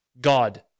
God